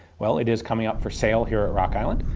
well it is coming up for sale here at rock island.